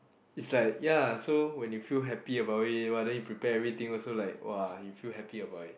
it's like ya so when you feel happy about it !wah! then you prepare everything also like !wah! you feel happy about it